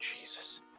Jesus